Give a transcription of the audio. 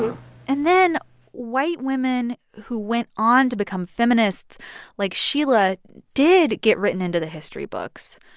and then white women who went on to become feminists like sheila did get written into the history books.